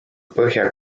põhja